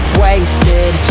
wasted